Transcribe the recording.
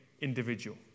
individual